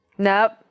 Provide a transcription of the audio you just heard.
Nope